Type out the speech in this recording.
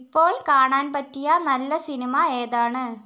ഇപ്പോൾ കാണാൻ പറ്റിയ നല്ല സിനിമ ഏതാണ്